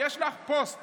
יש לך פוסט